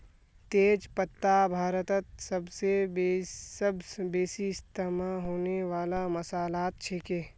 तेज पत्ता भारतत सबस बेसी इस्तमा होने वाला मसालात छिके